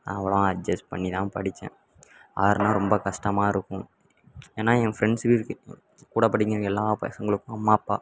நான் அப்புறம் அட்ஜஸ் பண்ணிதான் படித்தேன் ஆறுனால் ரொம்ப கஷ்டமா இருக்கும் ஏன்னால் என் ஃப்ரெண்ட்ஸுகள் கூட படிக்கிறவைங்க எல்லா பசங்களுக்கும் அம்மா அப்பா